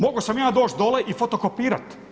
Mogao sam ja doći dole i fotokopirati.